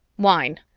wine!